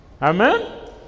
amen